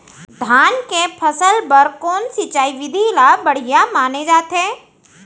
धान के फसल बर कोन सिंचाई विधि ला बढ़िया माने जाथे?